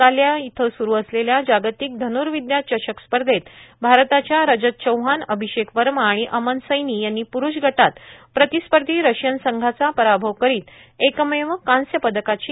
त्कीमधील Antalya इथं स्रू असलेल्या जागतिक ध्नर्विद्या चषक स्पर्धेत भारताच्या रजत चौंहान अभिषेक वर्मा आणि अमन सैनी यांनी प्रूष गटात प्रतिस्पर्धी रशियन संघाचा पराभव करीत एकमेव कांस्य पदकाची कमाई केली